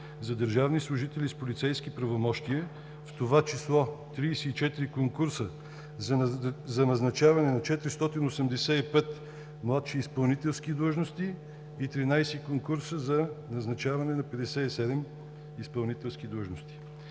за държавни служители с полицейски правомощия, в това число 34 конкурса за назначаване на 485 младши изпълнителски длъжности и 13 конкурса за назначаване на 57 изпълнителски длъжности